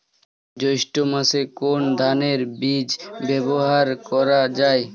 জৈষ্ঠ্য মাসে কোন ধানের বীজ ব্যবহার করা যায়?